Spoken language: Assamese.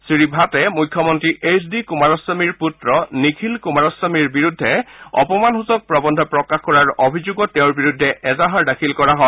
শ্ৰীভাটে মুখ্যমন্ত্ৰী এইচ ডি কুমাৰস্বামীৰ পুত্ৰ নিখিল কুমাৰস্বামীৰ বিৰুদ্ধে অপমানসূচক প্ৰৱন্ধ প্ৰকাশ কৰাৰ অভিযোগত তেওঁৰ বিৰুদ্ধে এজাহাৰ দাখিল কৰা হয়